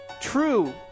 true